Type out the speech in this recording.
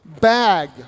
bag